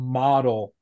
model